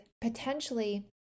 potentially